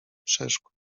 przeszkód